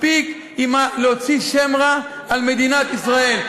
מספיק להוציא שם רע על מדינת ישראל.